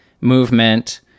movement